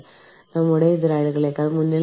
പക്ഷേ ഹ്രസ്വകാല സന്ദർശനത്തിന്റെ കാര്യമോ